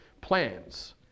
plans